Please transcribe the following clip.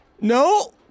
No